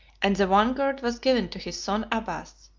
and the vanguard was given to his son abbas,